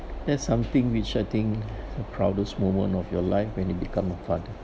that's something which I think the proudest moment of your life when you become a father